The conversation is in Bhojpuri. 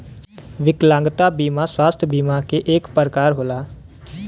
विकलागंता बिमा स्वास्थ बिमा के एक परकार होला